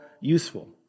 useful